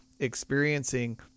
Experiencing